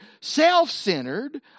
self-centered